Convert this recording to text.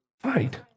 fight